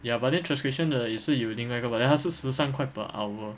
ya but then transcription 的也是有另外一个 but then 他是十三块 per hour